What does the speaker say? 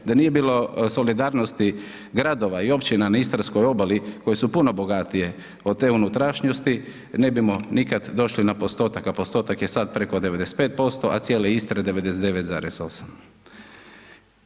Da nije bilo solidarnosti gradova i općina na istarskoj obali koje su puno bogatije od te unutrašnjosti, ne bismo nikada došli na postotak, a postotak je sada preko 95%, a cijele Istre 99,8.